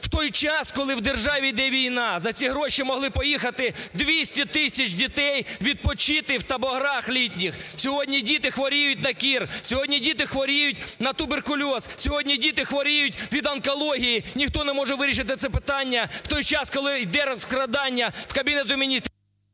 в той час, коли в державі йде війна. За ці гроші могли поїхати 200 тисяч дітей відпочити в таборах літніх. Сьогодні діти хворіють на кір, сьогодні діти хворіють на туберкульоз, сьогодні діти хворіють від онкології, ніхто не може вирішити це питання, в той час коли йде розкрадання в Кабінету Міністрів…